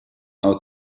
aus